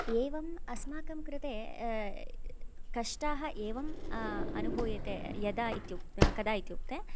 एवम् अस्माकं कृते कष्टाः एवम् अनुभूयते यदा कदा इत्युक्ते